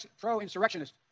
pro-insurrectionist